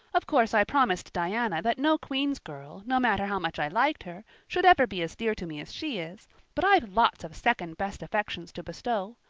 of course i promised diana that no queen's girl, no matter how much i liked her, should ever be as dear to me as she is but i've lots of second-best affections to bestow.